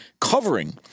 covering